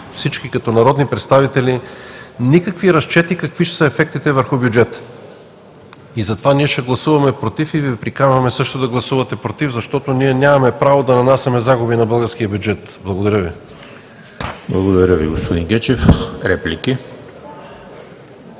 всички като народни представители никакви разчети какви ще са ефектите върху бюджета. Затова ще гласуваме „против“ и Ви приканваме Вие също да гласувате „против“, защото нямаме право да нанасяме загуби на българския бюджет. Благодаря Ви. ПРЕДСЕДАТЕЛ ЕМИЛ ХРИСТОВ: Благодаря Ви, господин Гечев. Реплики?